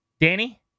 Danny